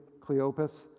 Cleopas